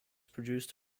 produced